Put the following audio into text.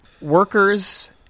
workers